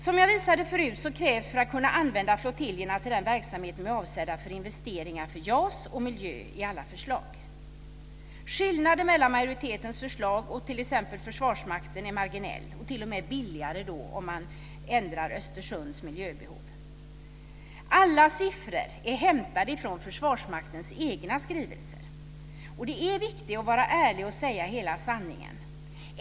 Som jag visade förut krävs, för att kunna använda flottiljerna till den verksamhet de är avsedda för, investeringar för JAS och miljö i alla förslag. Skillnaden mellan majoritetens förslag och t.ex. Försvarsmaktens är marginell. Majoritetens förslag är t.o.m. billigare, om man ändrar Östersunds miljöbehov. Alla siffror är hämtade från Försvarsmaktens egna skrivelser. Det är viktigt att vara ärlig och säga hela sanningen.